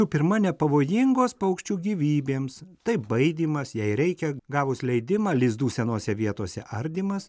pirma nepavojingos paukščių gyvybėms tai baidymas jei reikia gavus leidimą lizdų senose vietose ardymas